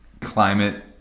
climate